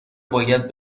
باید